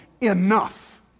enough